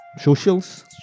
socials